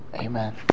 Amen